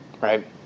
right